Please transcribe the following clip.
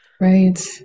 Right